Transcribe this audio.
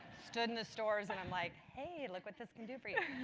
stood in the stores and i'm like hey, look what this can do for you.